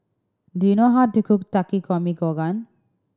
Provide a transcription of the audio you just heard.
do you know how to cook Takikomi Gohan